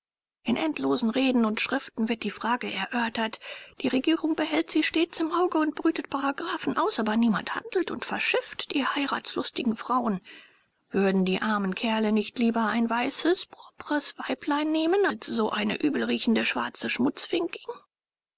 in endlosen reden und schriften wird die frage erörtert die regierung behält sie stets im auge und brütet paragraphen aus aber niemand handelt und verschifft die heiratslustigen frauen würden die armen kerle nicht lieber ein weißes propres weiblein nehmen als so eine übel riechende schwarze schmutzfinkin